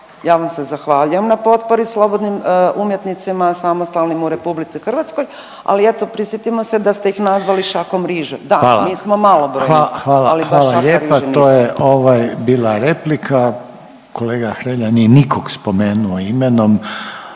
hvala lijepa, to je ovaj bila replika. Kolega Hrelja nije nikog spomenuo imenom,